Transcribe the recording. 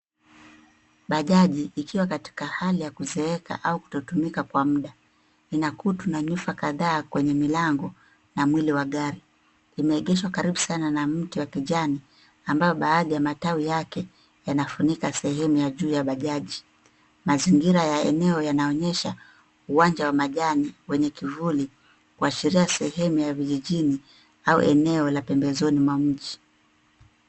Bajaji ikiwa katika hali ya kuzeeka au kutotumika kwa muda. Ina kutu na nyufa kadhaa kwenye milango na mwili wa gari. Imeegeshwa karibu sana na mti wa kijani ambao baadhi ya matawi yake yanafunika sehemu ya juu ya bajaji. Mazingira ya eneo yanaonyesha uwanja wa majani wenye kivuli kuashiria sehemu ya vijijini au eneo la pembezoni mwa mji.